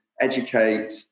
educate